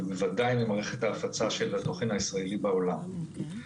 ובוודאי במערכת ההפצה של התוכן הישראלי בעולם.